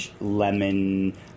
lemon